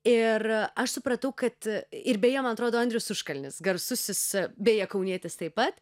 ir aš supratau kad ir beje man atrodo andrius užkalnis garsusis beje kaunietis taip pat